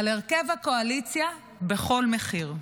על הרכב הקואליציה בכל מחיר,